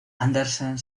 andersen